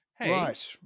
Right